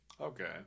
Okay